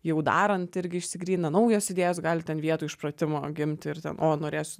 jau darant irgi išsigrynina naujos idėjos gali ten vietų iš pratimo gimti ir to norės